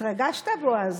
התרגשת, בועז?